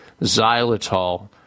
xylitol